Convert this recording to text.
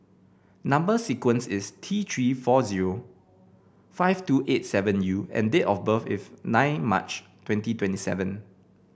number sequence is T Three four zero five two eight seven U and date of birth is nine March twenty twenty seven